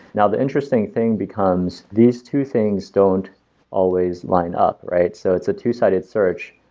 now, the interesting thing becomes these two things don't always line up, right? so it's a two sided search.